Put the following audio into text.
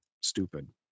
stupid